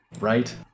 right